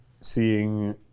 seeing